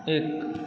एक